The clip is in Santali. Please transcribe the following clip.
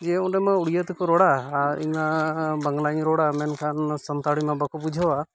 ᱡᱮ ᱚᱸᱰᱮᱢᱟ ᱳᱰᱤᱭᱟᱹ ᱛᱮ ᱠᱚ ᱨᱚᱲᱟ ᱟᱨ ᱤᱧᱢᱟ ᱵᱟᱝᱞᱟᱧ ᱨᱚᱲᱟ ᱢᱮᱱᱠᱷᱟᱱ ᱥᱟᱱᱛᱟᱲᱤ ᱢᱟ ᱵᱟᱠᱚ ᱵᱩᱡᱷᱟᱹᱣᱟ